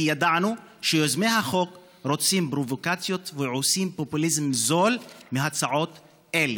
כי ידענו שיוזמי החוק רוצים פרובוקציות ועושים פופוליזם זול מהצעות אלה.